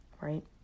right